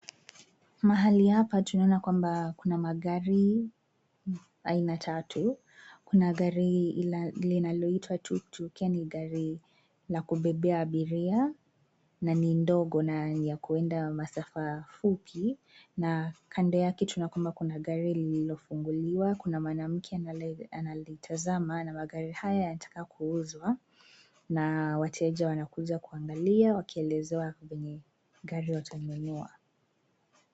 Mahali hapa tunaona kwamba kuna magari aina tatu, kuna gari linaloitwa tuk tuk, yaani gari la kubeba abiria na ni ndogo na ni ya kuenda masafa fupi na kando yake tunaona kwamba kuna gari lililofunguliwa. Kuna mwanake analitazama na magari haya yataka kuuzwa na wateja wanakuja kuangalia wakielezewa venye gari watanunua.